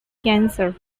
cancer